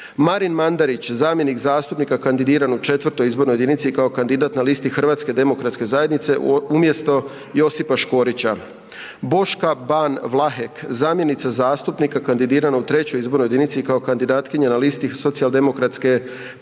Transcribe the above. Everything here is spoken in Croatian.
Marin Mandarić, zamjenik zastupnika kandidiran u X. izbornoj jedinici kao kandidat na listi Hrvatske demokratske zajednice umjesto Josipa Škorića. Boška Ban Vlahek, zamjenica zastupnika kandidirana u III. izbornoj jedinici kao kandidatkinja na listi Socijaldemokratske partije